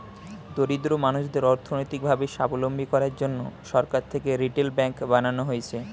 দরিদ্র মানুষদের অর্থনৈতিক ভাবে সাবলম্বী করার জন্যে সরকার থেকে রিটেল ব্যাঙ্ক বানানো হয়েছে